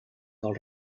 del